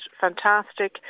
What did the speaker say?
fantastic